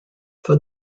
for